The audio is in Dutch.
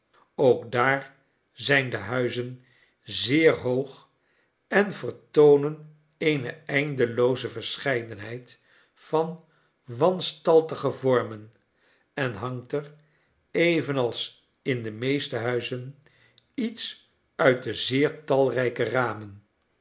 ook daar zijn de huizen zeer hoog en vertoonen eene eindelooze verscheidenheid van wanstaltige vormen en hangt er evenals in de meeste huizen iets uit de zeer talrijke ramen